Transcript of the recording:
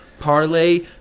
Parlay